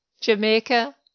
jamaica